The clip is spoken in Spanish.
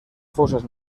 fosas